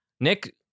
Nick